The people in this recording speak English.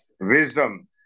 wisdom